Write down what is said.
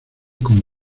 con